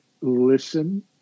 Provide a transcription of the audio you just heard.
listen